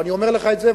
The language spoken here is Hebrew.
ואני אומר לך את זה,